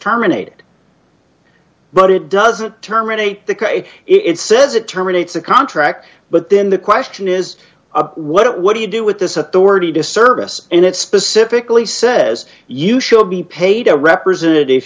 terminated but it doesn't terminate the k it says it terminates a contract but then the question is a what do you do with this authority to service and it specifically says you should be paid a representative